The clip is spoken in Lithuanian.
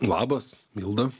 labas milda